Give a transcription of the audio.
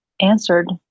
answered